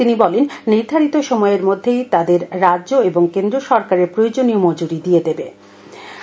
তিনি বলেন নির্দ্ধারিত সময়ের মধ্যেই তাদের রাজ্য এবং কেন্দ্র সরকারের প্রয়োজনীয় মজুরী দিয়ে দিতে হবে